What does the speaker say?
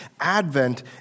Advent